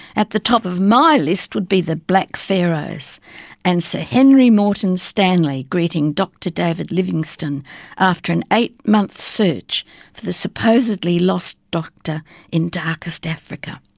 at the top of my list would be the black pharaohs' and sir henry moreton stanley greeting doctor david livingstone after an eight month search for the supposedly lost doctor in darkest africa.